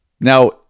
Now